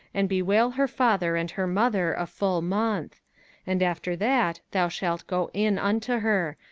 and bewail her father and her mother a full month and after that thou shalt go in unto her,